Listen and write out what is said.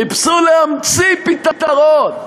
חיפשו להמציא פתרון.